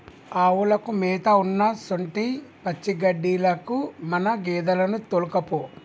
ఆవులకు మేత ఉన్నసొంటి పచ్చిగడ్డిలకు మన గేదెలను తోల్కపో